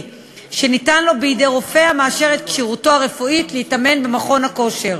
שנתן לו רופא המאשר את כשירותו הרפואית להתאמן במכון הכושר.